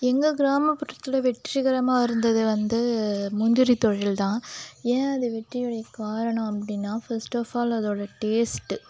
எங்கள் கிராமப்புறத்தில் வெற்றிகரமாக இருந்தது வந்து முந்திரி தொழில் தான் ஏன் அது வெற்றியடைய காரணம் அப்படின்னா ஃபர்ஸ்ட் ஆஃப் ஆல் அதோட டேஸ்ட்டு